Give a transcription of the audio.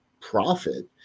profit